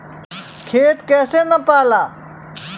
खेत कैसे नपाला?